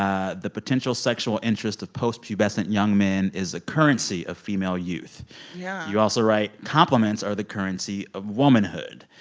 ah the potential sexual interest of post-pubescent young men is a currency of female youth yeah you also write, compliments are the currency of womanhood.